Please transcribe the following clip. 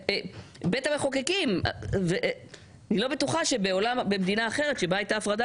אני לא בטוחה שבמדינה אחרת בה הייתה הפרדה